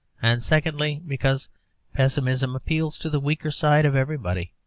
and secondly, because pessimism appeals to the weaker side of everybody,